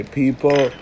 people